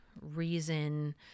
reason